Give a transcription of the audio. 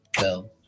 go